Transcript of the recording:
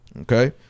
Okay